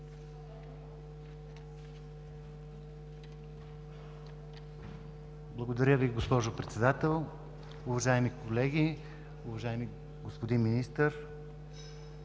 Благодаря Ви, госпожо Председател. Уважаеми колеги, уважаеми господин Министър!